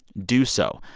do so.